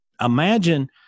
imagine